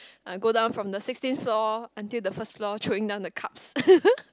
uh go down from the sixteen floor until the first floor throwing down the cups